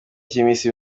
cy’iminsi